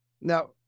now